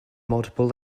multiple